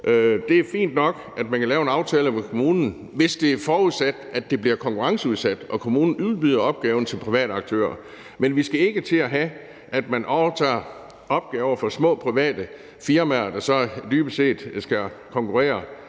Det er fint nok, at man kan lave en aftale med kommunen, hvis det er forudsat, at det bliver konkurrenceudsat og kommunen udbyder opgaven til private aktører. Men vi skal ikke til at have, at man overtager opgaver fra små private firmaer, der så dybest set skal konkurrere